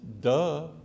duh